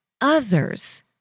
others